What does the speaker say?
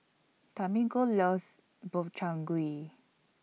Tamiko loves Gobchang Gui